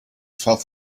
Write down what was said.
felt